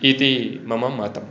इति मम मतम्